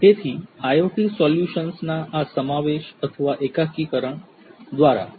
તેથી IoT સોલ્યુશન્સના આ સમાવેશ અથવા એકીકરણ દ્વારા મૂલ્યનો ઉમેરો કરવો જોઈએ